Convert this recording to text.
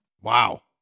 wow